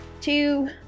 two